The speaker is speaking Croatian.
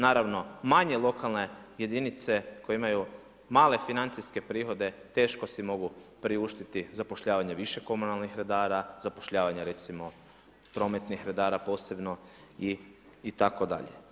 Naravno, manje lokalne jedinice koje imaju male financijske prihode teško si mogu priuštiti zapošljavanje više komunalnih redara, zapošljavanje recimo prometnih redara posebno itd.